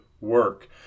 work